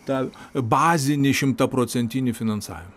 tą bazinį šimtaprocentinį finansavim